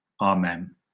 Amen